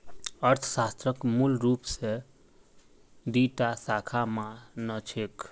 अर्थशास्त्रक मूल रूपस दी टा शाखा मा न छेक